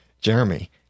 Jeremy